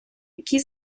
який